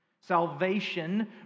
Salvation